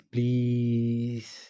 Please